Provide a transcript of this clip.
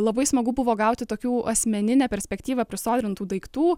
labai smagu buvo gauti tokių asmeninę perspektyvą prisodrintų daiktų